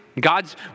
God's